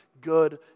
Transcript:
good